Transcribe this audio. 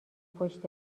پشت